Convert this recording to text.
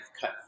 cut